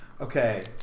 Okay